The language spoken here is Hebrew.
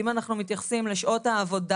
אם אנחנו מתייחסים לשעות העבודה,